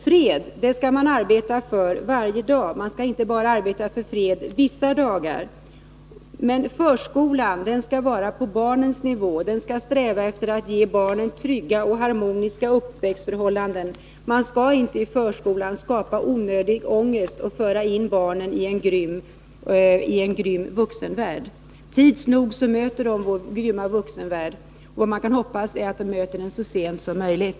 Freden skall man arbeta för varje dag — inte bara vissa dagar. Men förskolan skall vara på barnens nivå och sträva efter att ge barnen trygga och harmoniska uppväxtförhållanden. Man skall inte i förskolan skapa onödig ångest och föra in barnen i en grym vuxenvärld. Tids nog möter de vår grymma vuxenvärld, och vad man kan hoppas är att de gör det så sent som möjligt.